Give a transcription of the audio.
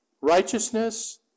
righteousness